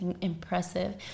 impressive